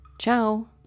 Ciao